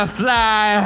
fly